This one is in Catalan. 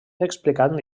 explicant